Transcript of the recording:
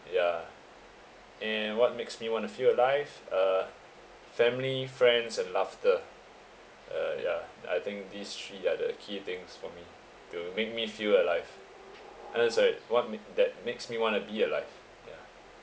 yeah and what makes me want to feel alive uh family friends and laughter uh yeah I think these three are the key things for me to make me feel alive and is like what ma~ that makes me want to be alive yeah